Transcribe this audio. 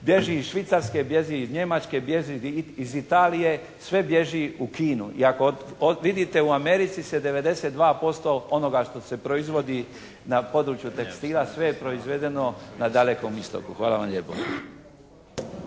Bježi iz Švicarske, bježi iz Njemačke, bježi iz Italije. Sve bježi u Kinu. I ako vidite u Americi se 92% onoga što se proizvodi na području tekstila sve je proizvedeno na Dalekom Istoku. Hvala vam lijepo.